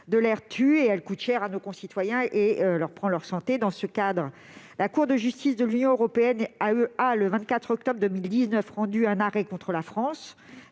de l'air tue. Elle coûte cher à nos concitoyens et leur prend leur santé. En la matière, la Cour de justice de l'Union européenne a rendu, le 24 octobre 2019, un arrêt contre la France.